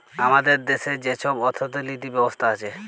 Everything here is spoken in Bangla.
আমাদের দ্যাশে যে ছব অথ্থলিতি ব্যবস্থা আছে